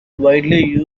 widely